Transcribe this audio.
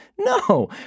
No